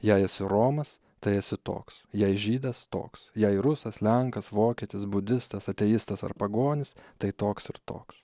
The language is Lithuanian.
jei esi romas tai esi toks jei žydas toks jei rusas lenkas vokietis budistas ateistas ar pagonis tai toks ir toks